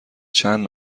چند